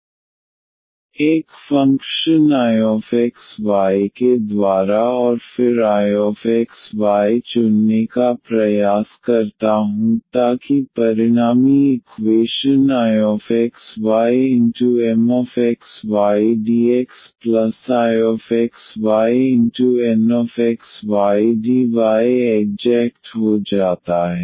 MxydxNxydy0 एक function Ixy के द्वारा और फिर Ixy चुनने का प्रयास करता हूं ताकि परिणामी इक्वेशन IxyMxydxIxyNxydy एग्जेक्ट हो जाता है